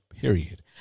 period